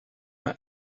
m’a